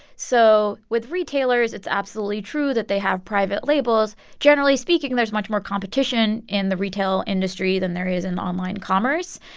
so with retailers, it's absolutely true that they have private labels. generally speaking, there's much more competition in the retail industry than there is in online commerce.